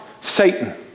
Satan